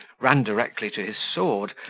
ran directly to his sword,